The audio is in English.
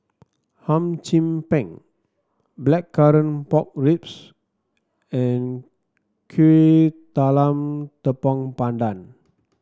Hum Chim Peng Blackcurrant Pork Ribs and Kuih Talam Tepong Pandan